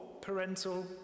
parental